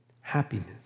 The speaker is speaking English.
happiness